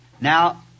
now